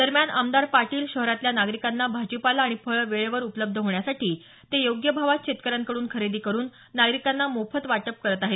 दरम्यान आमदार पाटील शहरातल्या नागरिकांना भाजीपाला आणि फळं वेळेवर उपलब्ध होण्यासाठी ते योग्य भागात शेतकऱ्यांकडून खरेदी करुन नागरिकांना मोफत वाटप करत आहेत